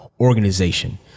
organization